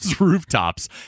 rooftops